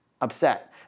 upset